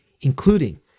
including